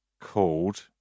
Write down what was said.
called